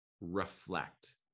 reflect